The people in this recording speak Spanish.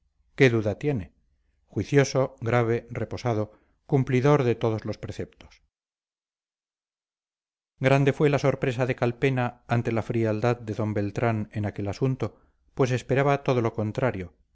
qué duda tiene juicioso grave reposado cumplidor de todos los preceptos grande fue la sorpresa de calpena ante la frialdad de d beltrán en aquel asunto pues esperaba todo lo contrario